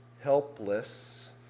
helpless